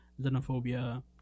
xenophobia